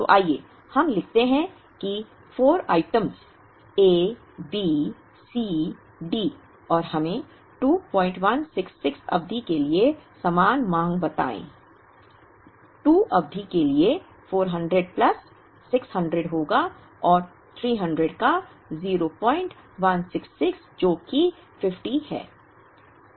तो आइए हम लिखते हैं कि 4 item A B C D और हमें 2166 अवधि के लिए समान मांग बताएं 2 अवधि के लिए 400 प्लस 600 होगा और 300 का 0166 जो कि 50 है